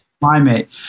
climate